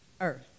earth